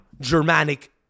Germanic